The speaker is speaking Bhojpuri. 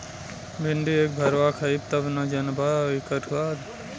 भिन्डी एक भरवा खइब तब न जनबअ इकर स्वाद